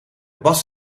bas